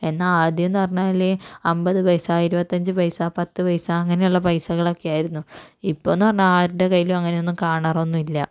എന്നാൽ ആദ്യമെന്ന് പറഞ്ഞാല് അമ്പത് പൈസ ഇരുപത്തഞ്ച് പൈസ പത്ത് പൈസ അങ്ങനേയുള്ള പൈസകളൊക്കെ ആയിരുന്നു ഇപ്പോന്ന് പറഞ്ഞാൽ ആരിൻ്റെ കയ്യിലും അങ്ങനെ ഒന്നും കാണാറൊന്നും ഇല്ല